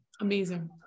Amazing